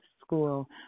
School